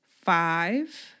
five